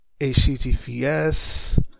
https